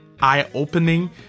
eye-opening